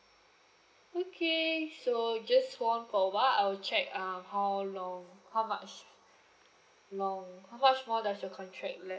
okay so just hold on for a while I will check um how long how much long how much more does your contract left